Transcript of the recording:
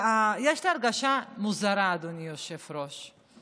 יש לי הרגשה מוזרה, אדוני היושב-ראש.